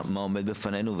מה עומד בפנינו?